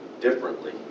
differently